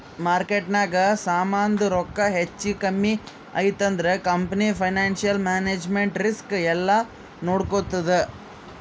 ಮಾರ್ಕೆಟ್ನಾಗ್ ಸಮಾಂದು ರೊಕ್ಕಾ ಹೆಚ್ಚಾ ಕಮ್ಮಿ ಐಯ್ತ ಅಂದುರ್ ಕಂಪನಿ ಫೈನಾನ್ಸಿಯಲ್ ಮ್ಯಾನೇಜ್ಮೆಂಟ್ ರಿಸ್ಕ್ ಎಲ್ಲಾ ನೋಡ್ಕೋತ್ತುದ್